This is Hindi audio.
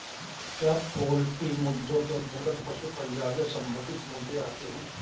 क्या पोल्ट्री मुद्दों के अंतर्गत पशु कल्याण से संबंधित मुद्दे आते हैं?